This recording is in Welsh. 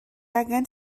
angan